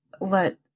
let